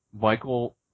Michael